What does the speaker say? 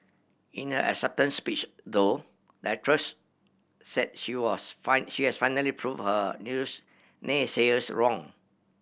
in her acceptance speech though the actress said she was she has finally prove her naysayers wrong